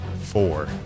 Four